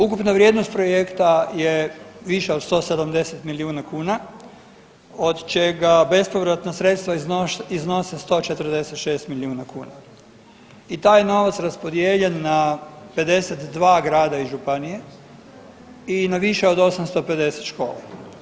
Ukupna vrijednost projekta je viša od 170 milijuna kuna od čega bespovratna sredstva iznose 146 milijuna kuna i taj je novac raspodijeljen na 52 grada i županije i na više od 850 škola.